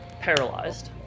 paralyzed